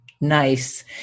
nice